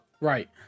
right